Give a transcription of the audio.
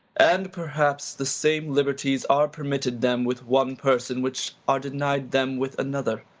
and, perhaps, the same liberties are permitted them with one person, which are deny'd them with another.